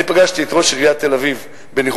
אני פגשתי את ראש עיריית תל-אביב בניחום